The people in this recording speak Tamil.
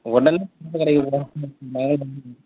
உடனே கடைக்கு